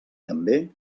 també